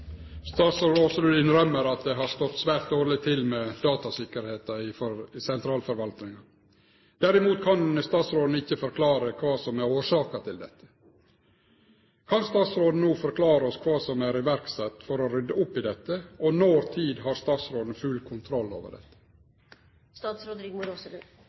Statsråd Aasrud innrømmer at det har stått svært dårleg til med datasikkerheita i sentralforvaltninga. Derimot kan statsråden ikkje forklare kva som er årsaka til dette. Kan statsråden no forklare oss kva som er sett i verk for å rydde opp i dette, og når har statsråden full kontroll over